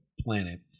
planet